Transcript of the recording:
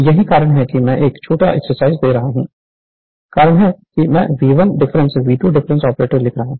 यही कारण है कि मैं एक छोटी एक्सरसाइज दे रहा हूं यही कारण है कि मैं V1 difference V2 difference operator लिख रहा हूं